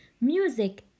Music